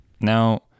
now